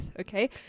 okay